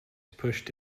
pushed